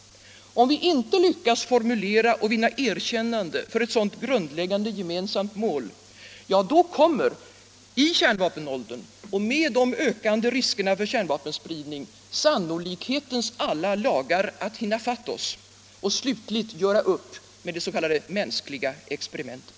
Om vi inte lyckas formulera och vinna erkännande för ett sådant grundläggande gemensamt mål — ja, då kommer, i kärnvapenåldern och med de ökande riskerna för kärnvapenspridning, sannolikhetens alla lagar att hinna fatt oss och slutligt göra upp med ”det mänskliga experimentet”.